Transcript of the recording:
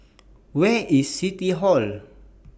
Where IS City Hall